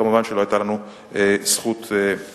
וכמובן לא היתה לנו זכות הצבעה.